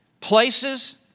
places